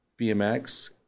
BMX